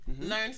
learn